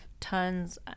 tons